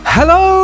Hello